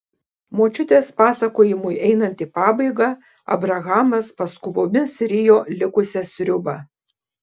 močiutės pasakojimui einant į pabaigą abrahamas paskubomis rijo likusią sriubą